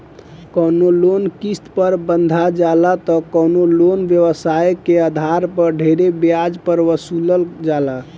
कवनो लोन किस्त पर बंधा जाला त कवनो लोन व्यवसाय के आधार पर ढेरे ब्याज पर वसूलल जाला